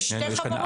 יש שתי חברות.